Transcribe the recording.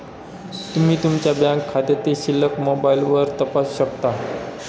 तुम्ही तुमच्या बँक खात्यातील शिल्लक मोबाईलवर तपासू शकता